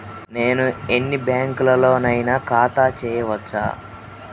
నేను ఎన్ని బ్యాంకులలోనైనా ఖాతా చేయవచ్చా?